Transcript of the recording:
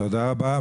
תודה רבה.